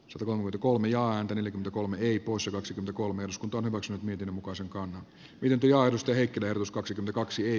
survon kolme ja häntä yli kolme hipoissa kaksi kolme uskontoa hyväkseen miten mukaisen kannan lientyy alusten heikkilä plus kaksi kaksi